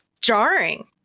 jarring